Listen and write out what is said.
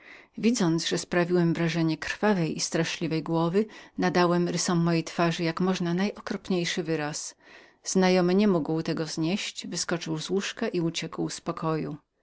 widząc że sprawiłem wrażenie krwawej i straszliwej głowy nadałem rysom mojej twarzy jak można najokropniejszy wyraz mój nieznajomy nie mógł wytrzymać wyskoczył z łóżka i uciekł z pokoju